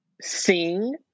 sing